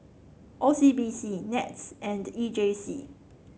O C B C NETS and E J C